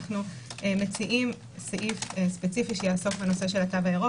אנו מציעים סעיף ספציפי שיעסוק בנושא התו הירוק